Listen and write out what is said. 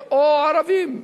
או ערבים ממזרח-ירושלים.